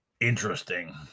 Interesting